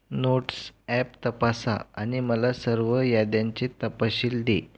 notes app तपासा आणि मला सर्व याद्यांचे तपशील दे